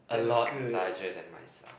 a lot larger than myself